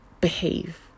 behave